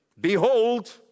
Behold